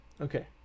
Okay